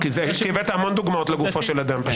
הבאת המון דוגמאות לגופו של אדם.